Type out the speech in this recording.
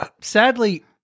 Sadly